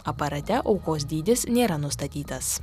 aparate aukos dydis nėra nustatytas